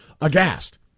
Aghast